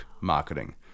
marketing